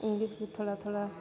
English भी थोड़ा थोड़ा